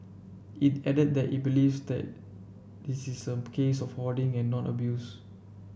it added that it believes that this is a case of hoarding and not abuse